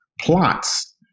plots